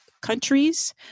countries